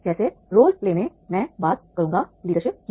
जैसे role play में मैं बात करूंगा लीडरशिप की